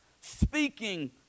speaking